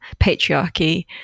patriarchy